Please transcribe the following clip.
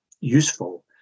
useful